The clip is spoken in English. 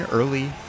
early